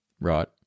Right